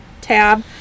tab